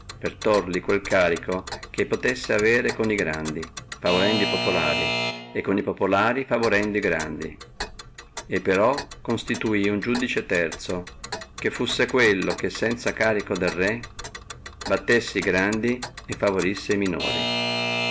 per tòrli quel carico che potessi avere co grandi paura di populare e co populari favorendo e grandi e però constituí uno iudice terzo che fussi quello che sanza carico del re battessi e grandi e favorissi e minori